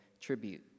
tribute